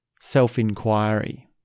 self-inquiry